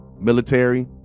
military